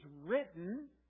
written